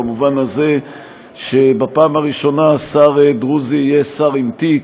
במובן הזה שבפעם הראשונה שר דרוזי יהיה שר עם תיק,